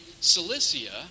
Cilicia